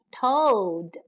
Toad